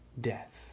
death